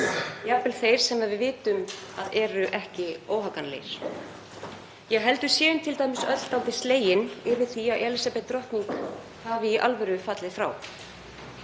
jafnvel þeir sem við vitum að eru ekki óhagganlegir. Ég held við séum t.d. öll dálítið slegin yfir því að Elísabet drottning hafi í alvöru fallið frá.